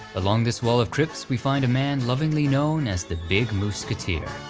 along this wall of crypts we find a man lovingly known as the big mooseketeer.